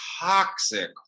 toxic